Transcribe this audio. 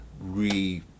re